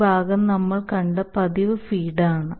ഈ ഭാഗം നമ്മൾ കണ്ട പതിവ് ഫീഡ് ആണ്